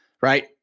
right